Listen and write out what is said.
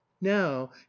now